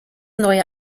neue